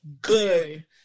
Good